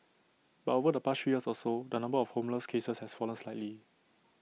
but over the past three years or so the number of homeless cases has fallen slightly